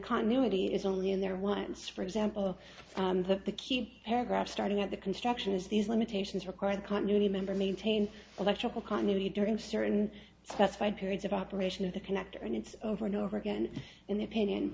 continuity is only in there once for example the key paragraph starting at the construction is these limitations require the continuity member maintain electrical continuity during certain specified periods of operation of the connector and it's over and over again